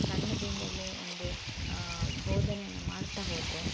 ಸಣ್ಣದರಿಂದಲೇ ಒಂದು ಬೋಧನೆಯನ್ನು ಮಾಡ್ತಾ ಹೋದರೆ